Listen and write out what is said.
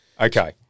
Okay